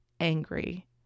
angry